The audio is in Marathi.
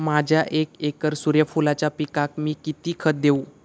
माझ्या एक एकर सूर्यफुलाच्या पिकाक मी किती खत देवू?